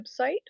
website